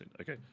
Okay